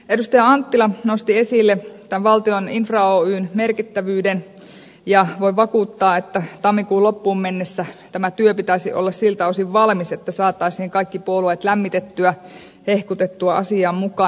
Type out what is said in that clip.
edustaja anttila nosti esille tämän valtion infra oyn merkittävyyden ja voin vakuuttaa että tammikuun loppuun mennessä tämä työ pitäisi olla siltä osin valmis että saataisiin kaikki puolueet lämmitettyä hehkutettua asiaan mukaan